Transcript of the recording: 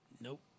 Nope